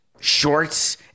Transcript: shorts